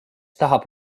tahab